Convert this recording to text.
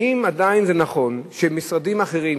האם עדיין זה נכון שמשרדים אחרים,